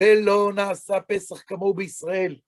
אל לא נעשה פסח כמו בישראל.